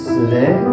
today